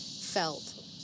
felt